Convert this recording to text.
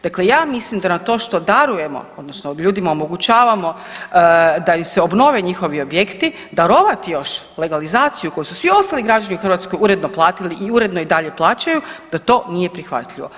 Dakle ja mislim da na to što darujemo, odnosno ljudima omogućavamo da im se obnove njihovi objekti, darovati još legalizaciju koju su svi ostali građani u Hrvatskoj uredno platili i uredno i dalje plaćaju, da to nije prihvatljivo.